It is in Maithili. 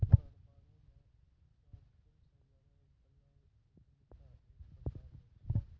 कारोबार म जोखिम से लड़ै बला उद्यमिता एक प्रकार होय छै